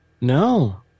No